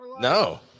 no